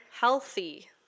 healthy